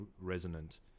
resonant